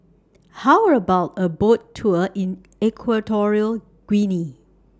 How about A Boat Tour in Equatorial Guinea